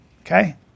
Okay